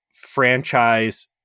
franchise